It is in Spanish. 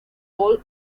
paul